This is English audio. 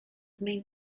main